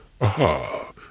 Aha